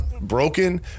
broken